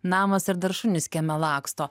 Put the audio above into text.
namas ir dar šunys kieme laksto